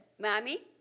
Mommy